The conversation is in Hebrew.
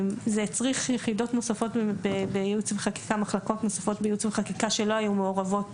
זה הצריך מחלקות נוספות בייעוץ וחקיקה שלא היו מעורבות